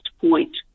point